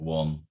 one